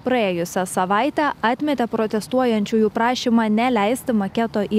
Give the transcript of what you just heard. praėjusią savaitę atmetė protestuojančiųjų prašymą neleisti maketo į